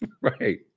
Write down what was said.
Right